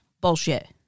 Bullshit